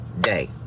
day